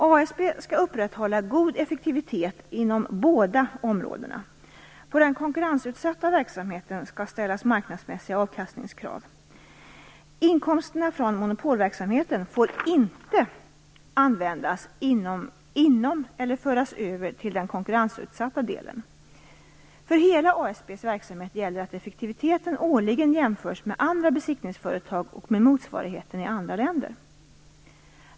ASB skall upprätthålla god effektivitet inom båda områdena. På den konkurrensutsatta verksamheten skall ställas marknadsmässiga avkastningskrav. Inkomsterna från monopolverksamheten får inte användas inom eller föras över till den konkurrensutsatta delen. För hela ASB:s verksamhet gäller att effektiviteten årligen jämförs med andra besiktningsföretag och med motsvarigheten i andra länder.